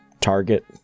Target